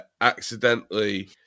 accidentally